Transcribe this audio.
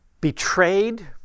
betrayed